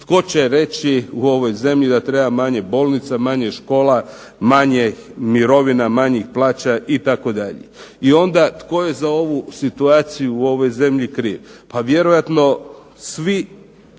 Tko će reći u ovoj zemlji da treba manje bolnica, manje škola, manje mirovina, manjih plaća itd. I onda tko je za ovu situaciju u ovoj zemlji kriv? Pa svi,